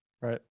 right